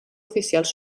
oficials